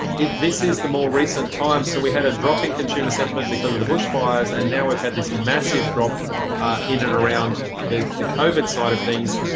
this is the more recent time. so we had a drop in consumer sentiment because of the bushfires and now we've had this massive drop in and around the the covid side of things.